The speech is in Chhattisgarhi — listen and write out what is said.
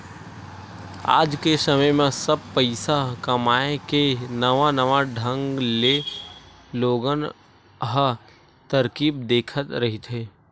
आज के समे म सब पइसा कमाए के नवा नवा ढंग ले लोगन ह तरकीब देखत रहिथे